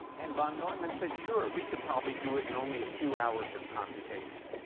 and von neumann said, sure, we could probably do it in only a few hours of computation.